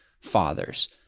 fathers